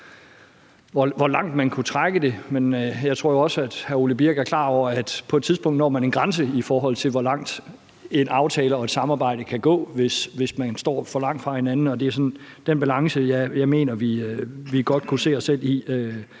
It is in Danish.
hvor langt man kunne trække det, men jeg tror også, at hr. Ole Birk Olesen er klar over, at man på et tidspunkt når en grænse, i forhold til hvor langt en aftale og et samarbejde kan gå, hvis man står for langt fra hinanden. Og det er sådan den balance, jeg mener vi godt kunne se os selv i